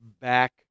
back